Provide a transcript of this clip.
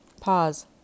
Pause